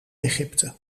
egypte